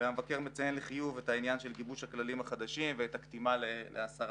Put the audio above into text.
והמבקר מציין לחיוב את העניין של גיבוש הכללים החדשים ואת הקטימה ל-10%.